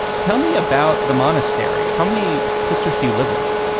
tell me about the monastery. how many sisters do you live with?